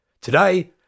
Today